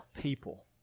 people